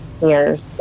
years